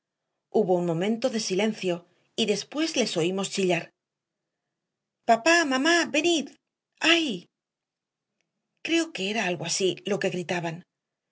hubo un momento de silencio y después les oímos chillar papá mamá venid ay creo que era algo así lo que gritaban